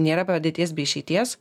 nėra padėties be išeities